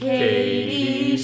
Katie